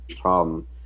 problem